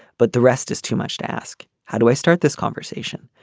but the rest is too much to ask. how do i start this conversation.